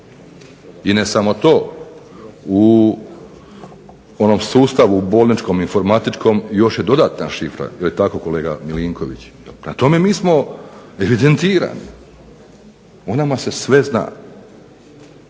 I ne samo to, u onom sustavu bolničkom informatičkom još je dodatna šifra, je li tako kolega Milinković. Prema tome mi smo evidentirani, o nama se sve zna.